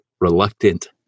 reluctant